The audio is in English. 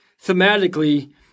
thematically